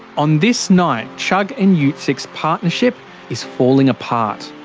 on this night, chugg and yeah utsick's partnership is falling apart.